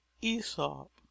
Aesop